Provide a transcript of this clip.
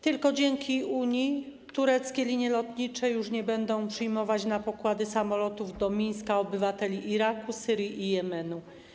Tylko dzięki Unii tureckie linie lotnicze już nie będą przyjmować na pokłady samolotów do Mińska obywateli Iraku, Syrii i Jemenu.